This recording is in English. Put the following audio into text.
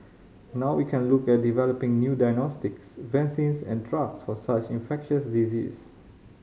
now we can look at developing new diagnostics vaccines and drugs for such infectious disease